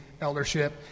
eldership